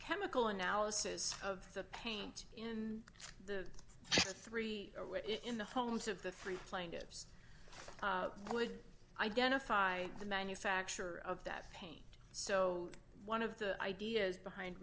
chemical analysis of the paint in the three in the homes of the three plaintiffs would identify the manufacturer of that paint so one of the ideas behind